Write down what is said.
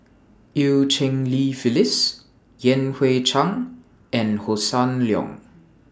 EU Cheng Li Phyllis Yan Hui Chang and Hossan Leong